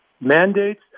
Mandates